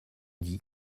dit